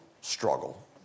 struggle